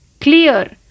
clear